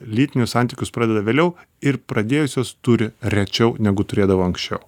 lytinius santykius pradeda vėliau ir pradėjusios turi rečiau negu turėdavo anksčiau